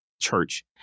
church